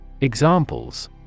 Examples